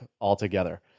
altogether